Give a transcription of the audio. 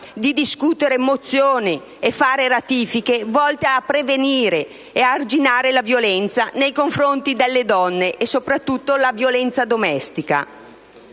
di discutere mozioni e di affrontare ratifiche volte a prevenire e ad arginare la violenza nei confronti delle donne, e soprattutto la violenza domestica.